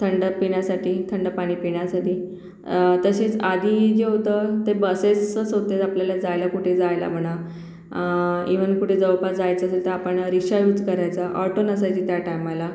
थंड पिण्यासाठी थंड पाणी पिण्यासाठी तसेच आधी जे होतं ते बसेसच होत्या आपल्याला जायला कुठे जायला म्हणा इव्हन कुठे जवळपास जायचं असेल तर आपण रिक्षा यूज करायचा ऑटो नसायची त्या टायमाला